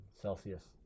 Celsius